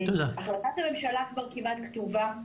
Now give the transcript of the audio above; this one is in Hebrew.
החלטת הממשלה כבר כמעט כתובה,